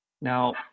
now